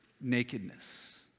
nakedness